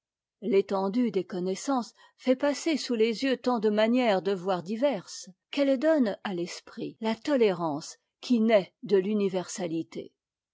l'étendue des connaissances fait passer sous les yeux tant de manières de voir diverses qu'elle donne à l'esprit la tolérance qui naît de l'universalité